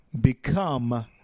become